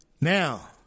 Now